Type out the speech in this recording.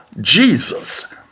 Jesus